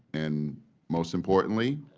and most importantly.